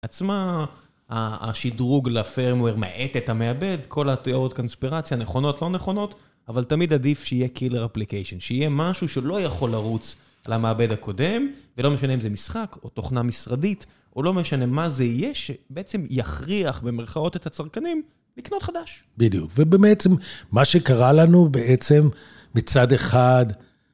עצמה, השדרוג ל-firmware מאט את המעבד, כל התיאוריות קונספירציה נכונות, לא נכונות, אבל תמיד עדיף שיהיה Killer Application, שיהיה משהו שלא יכול לרוץ על המעבד הקודם, ולא משנה אם זה משחק או תוכנה משרדית, או לא משנה מה זה יהיה, שבעצם יכריח במרכאות את הצרכנים לקנות חדש. בדיוק. ובעצם, מה שקרה לנו בעצם, מצד אחד,